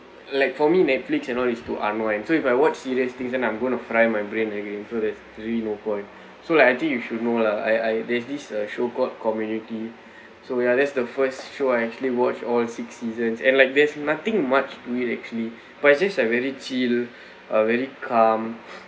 like for me Netflix and all is to unwind so if I watch serious things and I'm going to fry my brain again for that's really no point so like I think you should know lah I I there's this show called community so ya that's the first show I actually watched all six seasons and like there's nothing much on it actually but it's just a very chill uh very calm